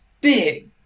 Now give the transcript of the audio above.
big